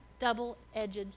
double-edged